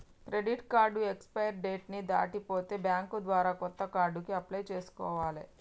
credit card expiry date ని దాటిపోతే bank ద్వారా కొత్త కార్డుకి అప్లై చేసుకోవాలే